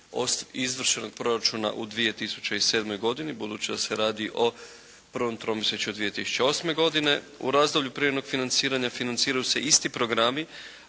izvršenog proračuna u 2007. godini, budući da se radi o prvom tromjesječju 2008. godine. U razdoblju privremenog financiranja financiraju se isti programi,